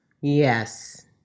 Yes